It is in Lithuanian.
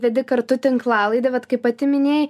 vedi kartu tinklalaidę bet kai pati minėjai